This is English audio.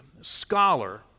scholar